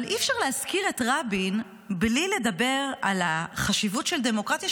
אבל אי-אפשר להזכיר את רבין בלי לדבר על החשיבות של דמוקרטיה,